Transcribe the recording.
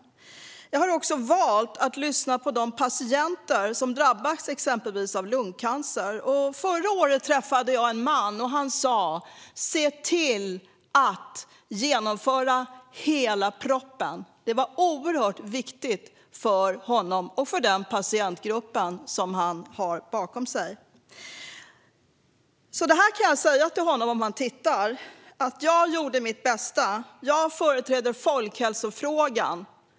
Jag har också valt att lyssna på de patienter som drabbas av exempelvis lungcancer. Förra året träffade jag en man som sa: Se till att genomföra hela propositionen! Det var oerhört viktigt för honom och för den patientgrupp som han hade bakom sig. Om han tittar och lyssnar nu kan jag säga till honom att jag gjorde mitt bästa. Jag företräder folkhälsofrågan.